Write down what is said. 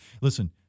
Listen